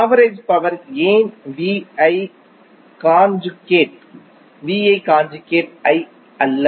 average power ஏன் VI conjugate V conjugate I அல்ல